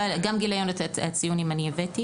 אבל גם את גיליון הציונים הבאתי.